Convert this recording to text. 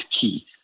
key